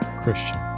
Christian